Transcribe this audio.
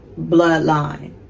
bloodline